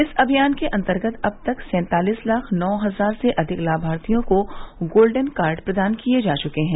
इस अभियान के अन्तर्गत अब तक सैंतालीस लाख नौ हजार से अधिक लामार्थियों को गोल्डन कार्ड प्रदान किये जा चुके हैं